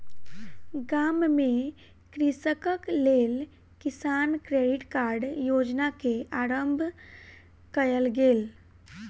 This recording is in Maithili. गाम में कृषकक लेल किसान क्रेडिट कार्ड योजना के आरम्भ कयल गेल